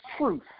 truth